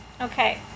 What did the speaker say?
okay